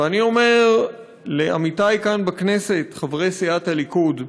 ואני אומר לעמיתי כאן בכנסת, חברי סיעת הליכוד,